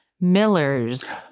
Miller's